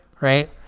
right